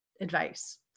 advice